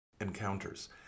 encounters